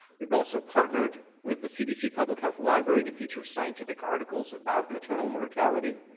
we've also partnered with the cdc public health library to feature scientific articles about maternal mortality.